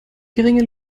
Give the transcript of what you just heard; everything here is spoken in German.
geringe